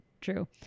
True